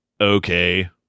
okay